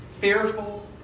fearful